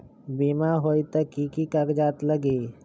बिमा होई त कि की कागज़ात लगी?